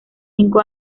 cinco